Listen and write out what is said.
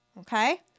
Okay